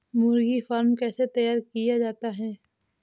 मुर्गी फार्म कैसे तैयार किया जाता है?